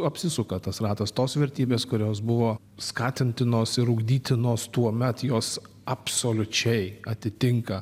apsisuka tas ratas tos vertybės kurios buvo skatintinos ir ugdytinos tuomet jos absoliučiai atitinka